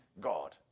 God